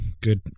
good